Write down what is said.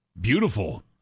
Beautiful